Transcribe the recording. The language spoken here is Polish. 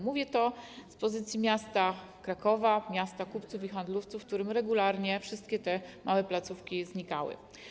Mówię to z pozycji miasta Krakowa, miasta kupców i handlowców, w którym regularnie te wszystkie małe placówki znikały.